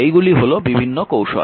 এইগুলি হল বিভিন্ন কৌশল